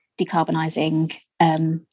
decarbonising